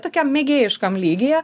tokiam mėgėjiškam lygyje